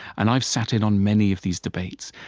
and i've sat in on many of these debates,